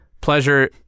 pleasure